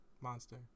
Monster